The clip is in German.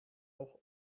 auch